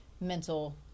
mental